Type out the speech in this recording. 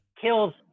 kills